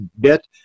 bit